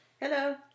Hello